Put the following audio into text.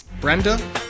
Brenda